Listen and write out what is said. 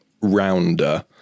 rounder